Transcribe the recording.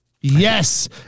yes